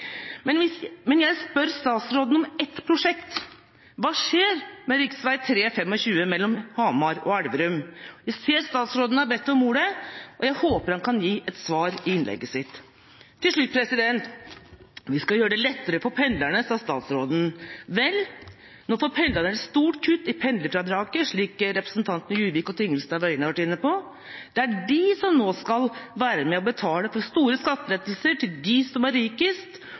Jeg spør statsråden om ett prosjekt: Hva skjer med rv. 325 mellom Hamar og Elverum? Jeg ser statsråden har bedt om ordet, og jeg håper han kan gi et svar i innlegget sitt. Til slutt: Vi skal gjøre det lettere for pendlerne, sa statsråden. Vel, nå får pendlerne et stort kutt i pendlerfradraget, slik representantene Juvik og Tingelstad Wøien har vært inne på. Det er de som nå skal være med og betale for store skattelettelser til dem som er rikest.